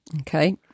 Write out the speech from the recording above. Okay